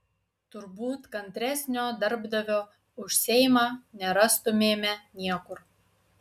turbūt kantresnio darbdavio už seimą nerastumėme niekur